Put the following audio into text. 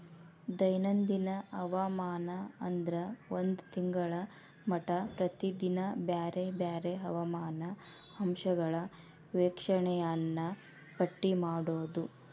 ದೈನಂದಿನ ಹವಾಮಾನ ಅಂದ್ರ ಒಂದ ತಿಂಗಳ ಮಟಾ ಪ್ರತಿದಿನಾ ಬ್ಯಾರೆ ಬ್ಯಾರೆ ಹವಾಮಾನ ಅಂಶಗಳ ವೇಕ್ಷಣೆಯನ್ನಾ ಪಟ್ಟಿ ಮಾಡುದ